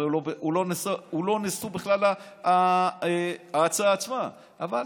הוא בכלל לא נשוא ההצעה עצמה, אבל